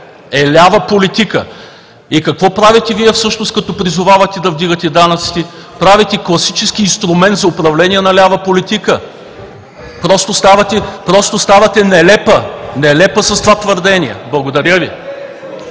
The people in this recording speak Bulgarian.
е лява политика! И какво правите Вие всъщност, като призовавате да вдигате данъците? Правите класически инструмент за управление на лява политика. Просто ставате нелепа, нелепа с това твърдение! Благодаря Ви.